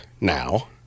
now